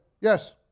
Yes